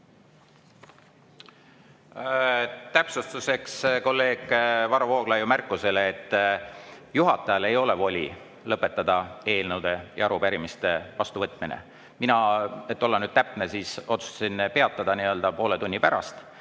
Täpsustuseks kolleeg Varro Vooglaiu märkusele, et juhatajal ei ole voli lõpetada eelnõude ja arupärimiste vastuvõtmist. Mina, et olla nüüd täpne, otsustasin peatada poole tunni pärast.